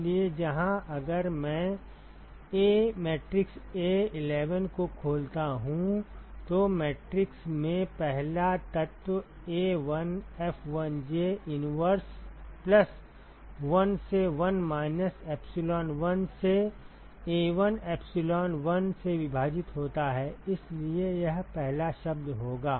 इसलिए जहां अगर मैं A मैट्रिक्स A11 को खोलता हूं तो मैट्रिक्स में पहला तत्व A1F1j इनवर्स प्लस 1 से 1 माइनस epsilon1 से A1 epsilon1 से विभाजित होता है इसलिए यह पहला शब्द होगा